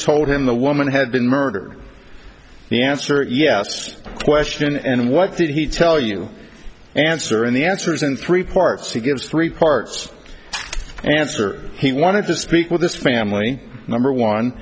told him the woman had been murdered the answer is yes question and what did he tell you answer and the answer is in three parts he gives three parts answer he wanted to speak with this family number one